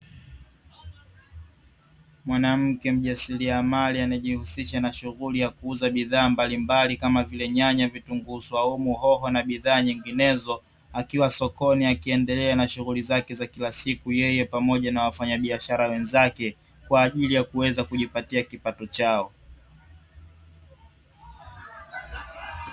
Mwanamke mjasiliamali anae jihusisha na shughuli ya kuuza bidhaa mbalimbali kama vile nyanya, vitunguu swaumu, hoho na bidhaa nyinginezo akiwa sokoni akiendelea na shughuli zake za kila siku yeye pamoja na wafanya biashara wenzake, kwaajili ya kuweza kujipatia kipato chao.